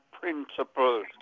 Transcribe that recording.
principles